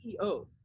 CEO